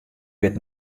wit